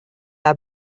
have